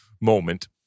moment